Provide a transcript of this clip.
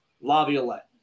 laviolette